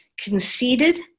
conceded